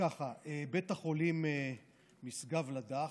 בית החולים משגב לדך,